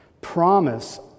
promise